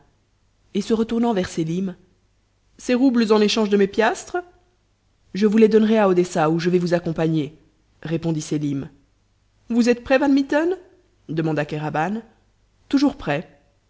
et se retournant vers sélim ces roubles en échange de mes piastres je vous les donnerai à odessa où je vais vous accompagner répondit sélim vous êtes prêt van mitten demanda kéraban toujours prêt